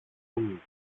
μου